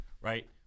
Right